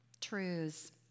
Truths